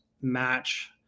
match